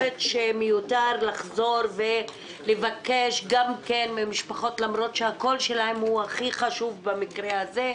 מיותר לחזור ולבקש ממשפחות למרות שהקול שלהן הוא הכי חשוב במקרה הזה,